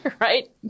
right